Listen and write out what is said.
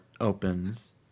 opens